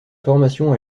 formation